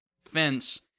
fence